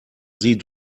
sie